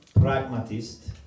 pragmatist